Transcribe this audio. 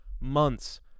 months